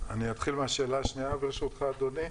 אני אתחיל מהשאלה השניה ברשותך אדוני.